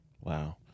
Wow